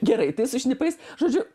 gerai tai su šnipais žodžiu